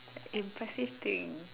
impressive thing